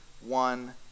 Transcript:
one